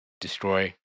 destroy